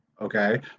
okay